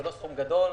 זה לא סכום גדול.